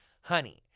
Honey